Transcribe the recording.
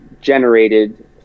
generated